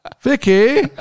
Vicky